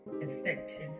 infection